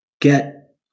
Get